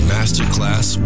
Masterclass